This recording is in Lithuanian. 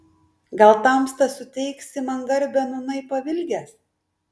gal tamsta suteiksi man garbę nūnai pavilgęs